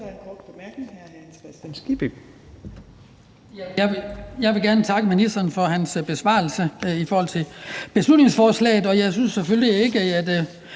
Jeg vil gerne takke ministeren for hans besvarelse i forhold til beslutningsforslaget. Jeg synes selvfølgelig ikke, at